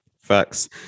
facts